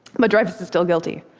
but dreyfus is still guilty.